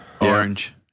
Orange